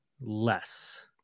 less